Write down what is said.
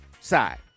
side